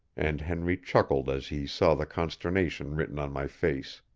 and henry chuckled as he saw the consternation written on my face.